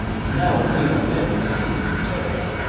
and now indeed our men were seized with terror,